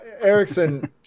Erickson